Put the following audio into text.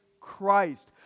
Christ